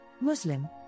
Muslim